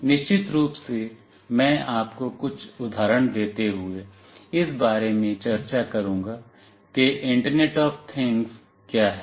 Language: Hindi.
निश्चित रूप से मैं आपको कुछ उदाहरण देते हुए इस बारे में चर्चा करूंगा कि इंटरनेट ऑफ थिंग्स क्या है